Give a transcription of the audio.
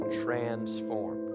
transformed